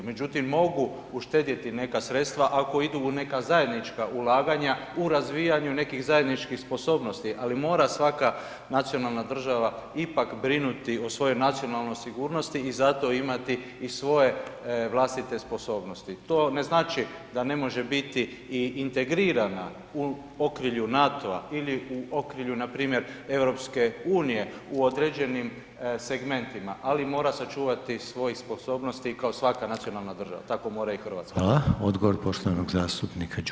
Međutim, mogu uštedjeti neka sredstva ako idu u neka zajednička ulaganja, u razvijanju nekih zajedničkih sposobnosti, ali mora svaka nacionalna država ipak brinuti o svojoj nacionalnoj sigurnosti i zato imati i svoje vlastite sposobnosti, to ne znači da ne može biti i integrirana u okrilju NATO-a ili u okrilju npr. EU u određenim segmentima, ali mora sačuvati svojih sposobnosti kao svaka nacionalna država, tako mora i RH.